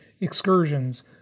excursions